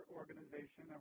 organization